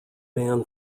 man